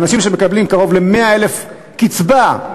לאנשים שמקבלים קרוב ל-100,000 שקל קצבה,